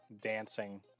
dancing